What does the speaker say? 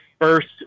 first